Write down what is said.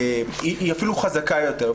היא אפילו חזקה יותר.